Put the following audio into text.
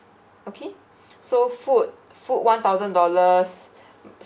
okay so food food one thousand dollars